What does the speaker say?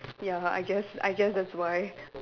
ya I guess I guess that's why